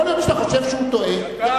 יכול להיות שאתה חושב שהוא טועה, יקר